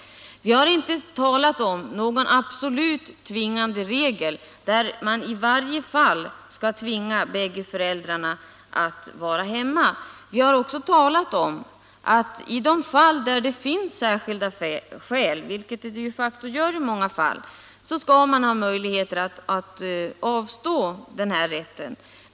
Vi har inte talat om några absolut tvingande regler, där man i alla fall skall tvinga bägge föräldrarna att vara hemma. Vi har talat om att där det finns särskilda skäl — vilket det de facto gör i många fall — skall människor ha möjlighet att avstå från den här rätten.